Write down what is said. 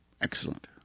excellent